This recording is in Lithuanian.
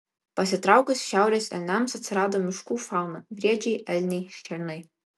pasitraukus šiaurės elniams atsirado miškų fauna briedžiai elniai šernai